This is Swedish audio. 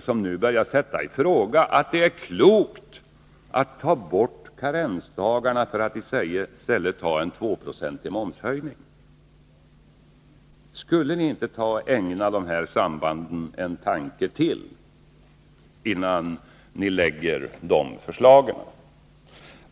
som nu börjar sätta i fråga om det är klokt att ta bort karensdagarna för att i stället genomföra en 2-procentig momshöjning. Borde ni inte ägna dessa samband en tanke till, innan ni lägger fram förslagen?